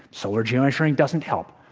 solar geoengineering doesn't help.